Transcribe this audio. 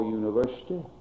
university